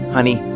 Honey